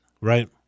Right